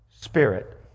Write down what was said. spirit